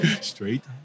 straight